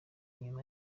nyuma